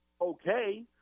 okay